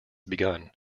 begun